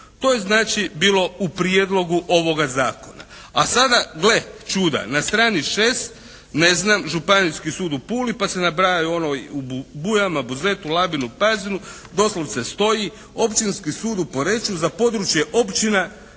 To je znači bilo u prijedlogu ovoga zakona. A sada gle čuda, na strani 6 ne znam Županijski sud u Puli pa se nabrajaju ono u Bujama, Buzetu, Labinu, Pazinu doslovce stoji Općinski sud u Poreču za područje općina